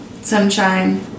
sunshine